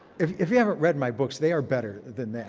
if if you haven't read my books, they are better than that.